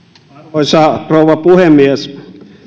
arvoisa rouva puhemies